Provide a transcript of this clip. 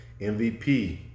MVP